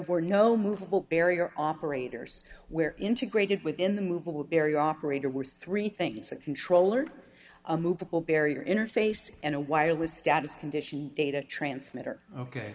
were no movable barrier operators where integrated within the movable barrier operator were three things a controller a movable barrier interface and a wireless status condition data transmitter ok